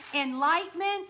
enlightenment